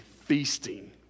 feasting